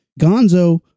Gonzo